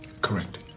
Correct